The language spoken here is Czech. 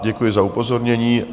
Děkuji za upozornění.